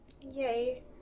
Yay